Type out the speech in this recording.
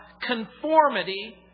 conformity